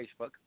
Facebook